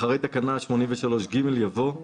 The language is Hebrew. אחרי תקנה 83ג, יבוא: